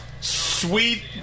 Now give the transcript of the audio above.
Sweet